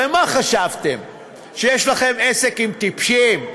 הרי מה חשבתם, שיש לכם עסק עם טיפשים?